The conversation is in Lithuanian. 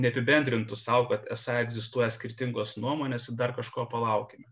neapibendrintų sau kad esą egzistuoja skirtingos nuomonės ir dar kažko palaukime